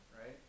right